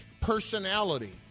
personality